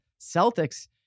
Celtics